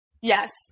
Yes